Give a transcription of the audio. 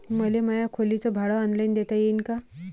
मले माया खोलीच भाड ऑनलाईन देता येईन का?